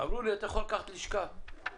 אמרו לי 'אתה יכול לקחת לשכה בדרום,